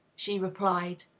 she replied.